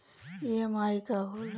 EMI का होला?